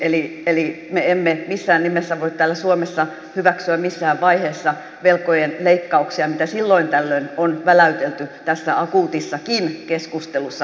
eli me emme missään nimessä voi täällä suomessa hyväksyä missään vaiheessa velkojen leikkauksia mitä silloin tällöin on väläytelty tässä akuutissakin keskustelussa